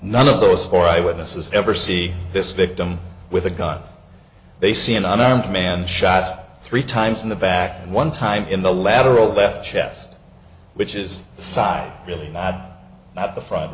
none of those four eye witnesses ever see this victim with a gun they see an unarmed man shot three times in the back one time in the lateral left chest which is the side really not at the front